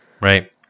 Right